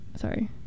sorry